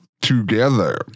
Together